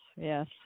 yes